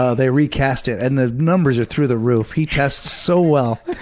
ah they recast it. and the numbers are through the roof. he tests so well.